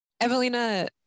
Evelina